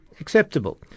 acceptable